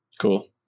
Cool